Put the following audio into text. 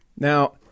Now